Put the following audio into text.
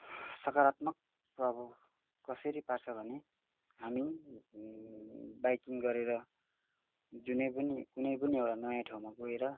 सकारात्मक प्रभाव कसरी पार्छ भने हामी बाइकिङ गरेर जुनै पनि कुनै पनि एउटा नयाँ ठाउँमा गएर